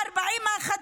בדיון 40 חתימות,